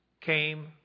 came